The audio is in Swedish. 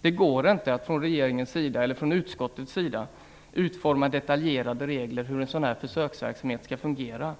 Det går inte att från regeringens eller från utskottets sida utforma detaljerade regler för hur en sådan här försöksverksamhet skall fungera.